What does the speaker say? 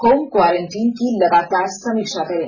home quarantine की लगातार समीक्षा करें